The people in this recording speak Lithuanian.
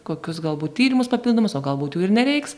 kokius galbūt tyrimus papildomus o galbūt jų ir nereiks